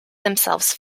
themselves